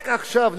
רק עכשיו,